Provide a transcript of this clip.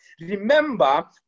Remember